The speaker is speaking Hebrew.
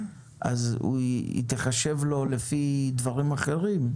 היא תיחשב לו לפי דברים אחרים.